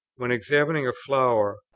when examining a flower,